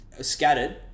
scattered